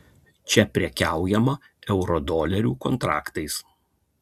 čia prekiaujama eurodolerių kontraktais